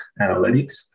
analytics